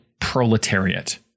proletariat